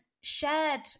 shared